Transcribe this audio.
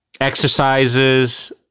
exercises